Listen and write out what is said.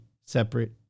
separate